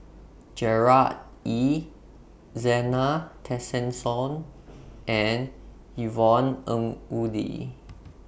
Gerard Ee Zena Tessensohn and Yvonne Ng Uhde